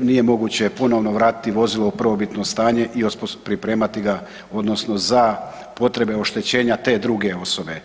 nije moguće ponovno vratiti vozilo u prvobitno stanje i pripremati ga odnosno za potrebe oštećenja te druge osobe.